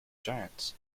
giants